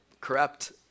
corrupt